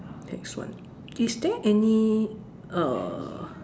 tax one is there any err